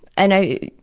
and i